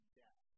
death